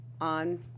on